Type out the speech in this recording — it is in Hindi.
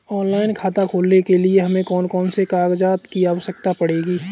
ऑनलाइन खाता खोलने के लिए हमें कौन कौन से कागजात की आवश्यकता पड़ेगी?